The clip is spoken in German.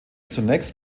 zunächst